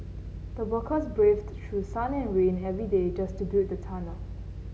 the workers braved through sun and rain every day just to build the tunnel